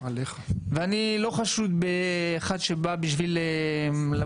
אני לא חשוד כאחד שבא כדי להציק,